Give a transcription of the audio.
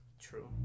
True